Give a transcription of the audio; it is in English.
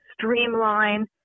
streamline